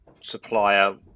supplier